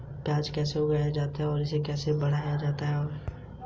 मुझे ज्यादा से ज्यादा कितना ऋण मिल सकता है?